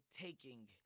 taking